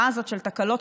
באשדוד.